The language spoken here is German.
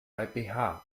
bei